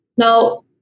Now